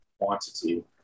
quantity